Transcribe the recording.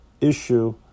issue